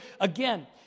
again